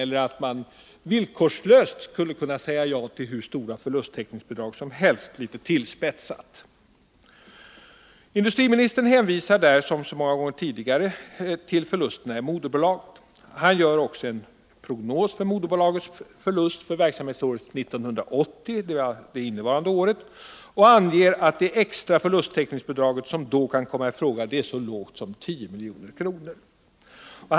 Eller att man —litet tillspetsat — villkorslöst säger ja till hur stora förlusttäckningsbidrag som helst. Industriministern hänvisar här som så många gånger tidigare till förlusterna i moderbolaget. Han gör också en prognos över moderbolagets förlust för verksamhetsåret 1980 och anger att det extra förlusttäckningsbidrag som då kan komma i fråga är så lågt som 10 milj.kr.